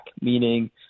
meaning